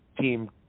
team